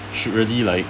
should really like